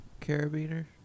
carabiner